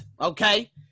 okay